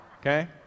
Okay